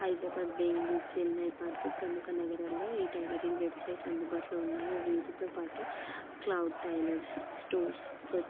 హైదరాబాద్ బెంగళూరు చెన్నై పాటు ప్రముఖ నగరాల్లో ఈ టైలరింగ్ వెబ్సైట్ అందుబాటులో ఉన్నాయి వీటితో పాటు క్లౌడ్ టైలర్స్ స్టోర్స్